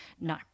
No